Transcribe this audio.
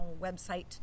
website